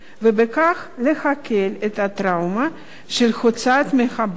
ובכך להקל את הטראומה של הוצאה מהבית,